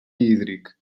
hídric